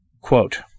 Quote